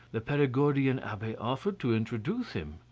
the perigordian abbe offered to introduce him.